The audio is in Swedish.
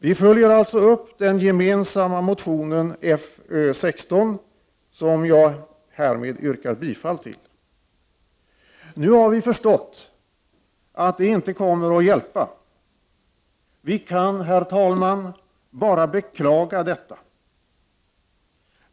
Vi följer alltså upp den gemensamma motionen Fö16 som jag härmed yrkar bifall till. Nu har vi förstått att det inte kommer att hjälpa med detta. Herr talman! Vi kan bara beklaga detta.